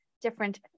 different